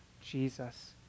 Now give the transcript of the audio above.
Jesus